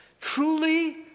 Truly